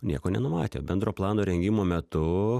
nieko nenumatė bendro plano rengimo metu